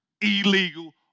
illegal